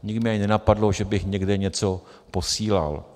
Mě nikdy nenapadlo, že bych někde něco posílal.